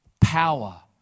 Power